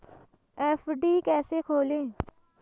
FD कैसे खोलें?